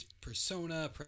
persona